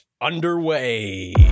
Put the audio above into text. underway